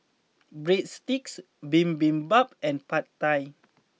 Breadsticks Bibimbap and Pad Thai